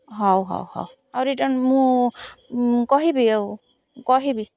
ହଉ ହଉ ହଉ ଆଉ ରିଟର୍ନ୍ ମୁଁ କହିବି ଆଉ କହିବି